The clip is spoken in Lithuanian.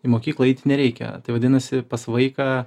į mokyklą eiti nereikia tai vadinasi pas vaiką